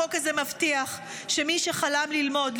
החוק הזה מבטיח שמי שחלם ללמוד,